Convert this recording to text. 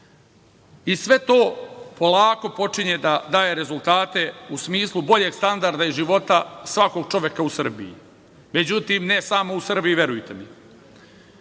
i sve to polako počinje da daje rezultate u smislu boljeg standarda i života svakog čoveka u Srbiji. Međutim, ne samo u Srbiji, verujte mi.